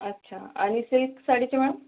अच्छा आणि सिल्क साडीची मॅम